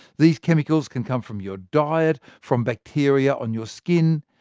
these chemicals can come from your diet, from bacteria on your skin,